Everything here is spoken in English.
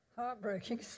Heartbreaking